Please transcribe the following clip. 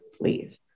leave